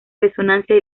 resonancia